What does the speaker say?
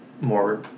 more